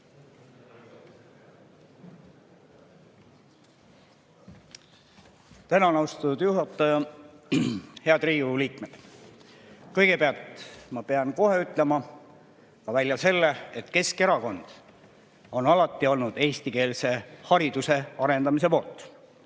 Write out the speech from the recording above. Tänan, austatud juhataja! Head Riigikogu liikmed! Kõigepealt ma pean kohe ütlema välja selle, et Keskerakond on alati olnud eestikeelse hariduse arendamise poolt.